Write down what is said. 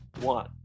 one